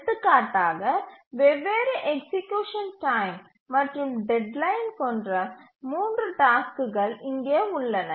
எடுத்துக்காட்டாக வெவ்வேறு execution time மற்றும் டெட்லைன் கொண்ட 3 டாஸ்க்குகள் இங்கே உள்ளன